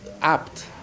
apt